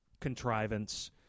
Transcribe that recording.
contrivance